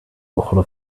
أخرى